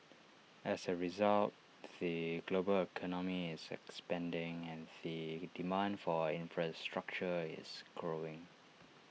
as A result the global economy is expanding and the demand for infrastructure is growing